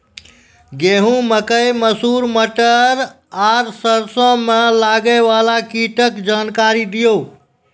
गेहूँ, मकई, मसूर, मटर आर सरसों मे लागै वाला कीटक जानकरी दियो?